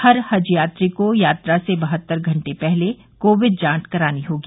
हर हज यात्री को यात्रा से बहत्तर घंटे पहले कोविड जांच करानी होगी